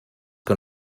que